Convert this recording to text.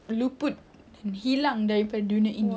luput hilang daripada dunia ini